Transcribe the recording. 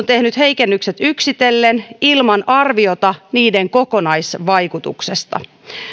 tehnyt heikennykset yksitellen ilman arviota niiden kokonaisvaikutuksesta